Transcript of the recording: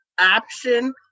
option